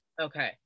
Okay